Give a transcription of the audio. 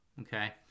Okay